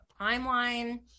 timeline